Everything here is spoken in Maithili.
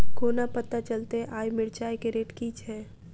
कोना पत्ता चलतै आय मिर्चाय केँ रेट की छै?